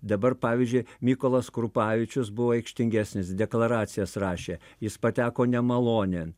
dabar pavyzdžiui mykolas krupavičius buvo aikštingesnis deklaracijas rašė jis pateko nemalonėn